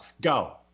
Go